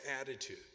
attitude